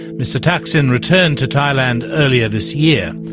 mr thaksin returned to thailand earlier this year.